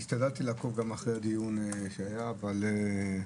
השתדלתי לעקוב אחרי הדיון שהיה אליו